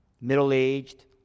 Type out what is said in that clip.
Middle-aged